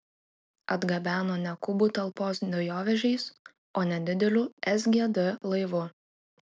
atgabeno ne kubų talpos dujovežiais o nedideliu sgd laivu